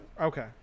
Okay